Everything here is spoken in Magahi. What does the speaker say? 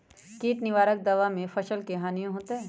किट निवारक दावा से फसल के हानियों होतै?